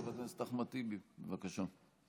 חבר הכנסת אחמד טיבי, בבקשה.